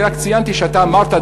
רק ציינתי שאמרת,